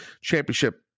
championship